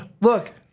look